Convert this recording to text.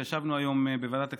כשישבנו היום בוועדת הכספים,